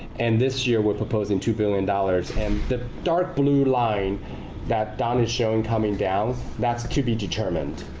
and this year, we're proposing two billion dollars. and the dark blue line that don is showing coming down, that's to be determined.